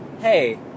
Hey